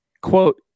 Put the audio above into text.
Quote